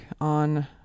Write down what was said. on